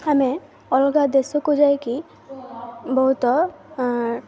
ଆମେ ଅଲଗା ଦେଶକୁ ଯାଇକି ବହୁତ